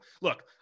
Look